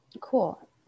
Cool